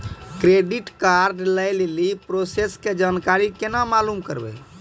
Credit card लय लेली process के जानकारी केना मालूम करबै?